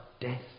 death